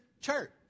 church